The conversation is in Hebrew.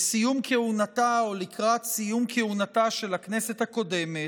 בסיום כהונתה או לקראת סיום כהונתה של הכנסת הקודמת,